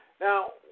Now